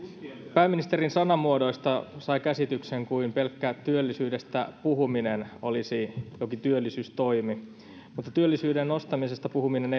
pääministerin sanamuodoista sai käsityksen kuin pelkkä työllisyydestä puhuminen olisi jokin työllisyystoimi mutta työllisyyden nostamisesta puhuminen